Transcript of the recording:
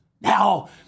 Now